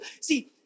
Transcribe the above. See